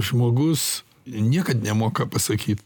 žmogus niekad nemoka pasakyt